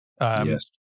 Yes